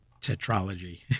Tetralogy